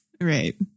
Right